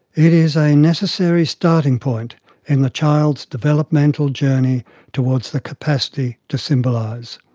it is a necessary starting point in the child's developmental journey towards the capacity to symbolize.